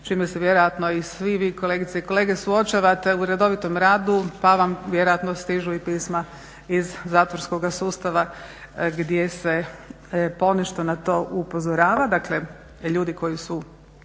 čime se vjerojatno i svi vi kolegice i kolege suočavate u redovitom radu, pa vam vjerojatno stižu i pisma iz zatvorskoga sustava gdje se ponešto na to upozorava. Dakle, ljudi koji su